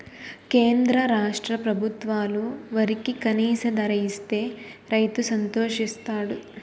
కేంద్ర రాష్ట్ర ప్రభుత్వాలు వరికి కనీస ధర ఇస్తే రైతు సంతోషిస్తాడు